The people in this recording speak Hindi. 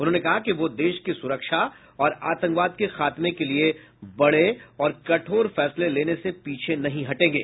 उन्होंने कहा कि वह देश की सुरक्षा और आतंकवाद के खात्मे के लिए बड़े और कठोर फैसले लेने से पीछे नहीं हटेंगे